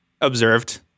observed